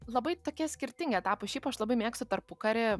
labai tokie skirtingi etapai šiaip aš labai mėgstu tarpukarį